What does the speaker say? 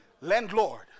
Landlord